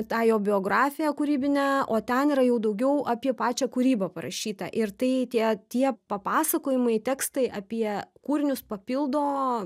tą jo biografiją kūrybinę o ten yra jau daugiau apie pačią kūrybą parašyta ir tai tie tie papasakojimai tekstai apie kūrinius papildo